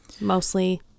mostly